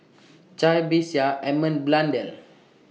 Cai Bixia Edmund Blundell